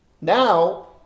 Now